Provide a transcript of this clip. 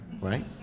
Right